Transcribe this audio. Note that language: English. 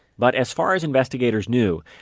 but as far as investigators knew,